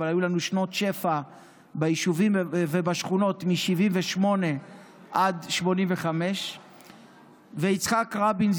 אבל היו לנו שנות שפע ביישובים ובשכונות מ-1978 עד 1985. יצחק רבין,